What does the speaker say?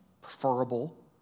preferable